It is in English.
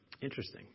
Interesting